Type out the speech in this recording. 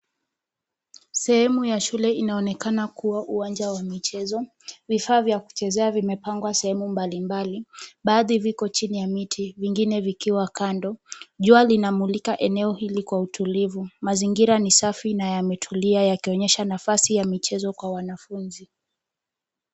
Sehemu ya shule inaonekana kuwa uwanja wa michezo, vifaa vya kuchezea vimepangwa sehemu mbalimbali baadhi viko chini ya miti vingine vikiwa kando, jua linamulika eneo hili kwa utulivu, mazingira ni safi na yametulia yakionyesha nafasi ya michezo kwa wanafunzi.